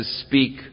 speak